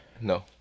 No